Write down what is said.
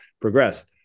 progress